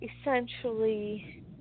Essentially